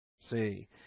See